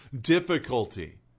difficulty